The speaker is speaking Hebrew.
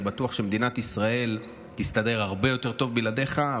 אני בטוח שמדינת ישראל תסתדר הרבה יותר טוב בלעדיך,